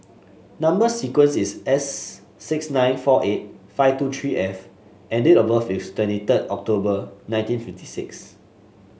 number sequence is S six nine four eight five two three F and date of birth is twenty third October nineteen fifty six